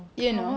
you know